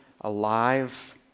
alive